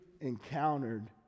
encountered